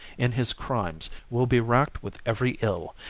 in his crimes, will be racked with every ill,